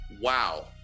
Wow